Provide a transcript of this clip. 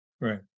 Right